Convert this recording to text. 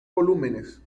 volúmenes